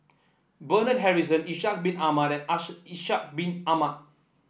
Bernard Harrison Ishak Bin Ahmad Ishak Bin Ahmad